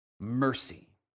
mercy